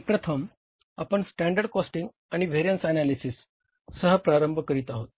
आणि प्रथम आपण स्टँडर्ड कॉस्टिंग आणि व्हेरिअन्स ऍनालिसिससह प्रारंभ करीत आहोत